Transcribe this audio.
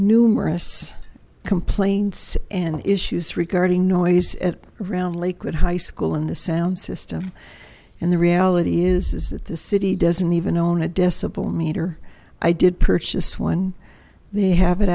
numerous complaints and issues regarding noise at around lakewood high school in the sound system and the reality is that the city doesn't even own a discipline meter i did purchase one they have it